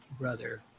brother